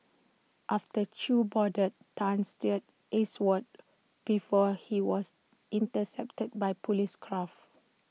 after chew boarded Tan steered eastwards before he was intercepted by Police craft